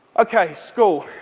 ok, school.